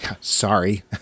sorry